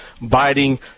biting